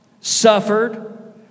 suffered